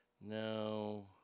No